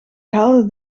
haalde